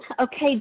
Okay